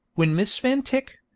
when miss van tyck,